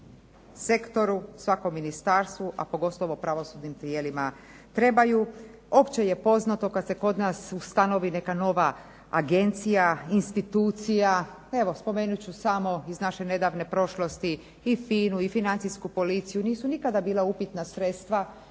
svakom ministarstvu a pogotovo pravosudnim tijelima trebaju. Opće je poznato kad se kod nas ustanovi neka nova agencija, institucija pa evo spomenut ću samo iz naše nedavne prošlosti i FINA-u i financijsku policiju, nisu nikada bila upitna sredstva